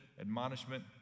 admonishment